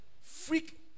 freak